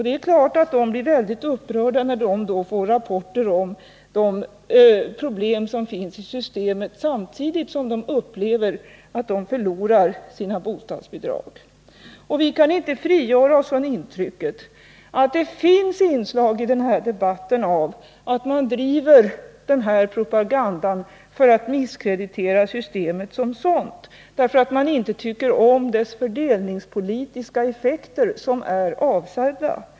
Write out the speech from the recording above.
Det är klart att dessa blir mycket upprörda när de får rapporter om de problem som finns i systemet samtidigt som de upplever att de förlorar sina bostadsbidrag. Vi kan inte frigöra oss från intrycket att det finns inslag i denna debatt av att man driver propaganda för att misskreditera systemet som sådant därför att man inte tycker om dess fördelningspolitiska effekter, som ju är avsedda.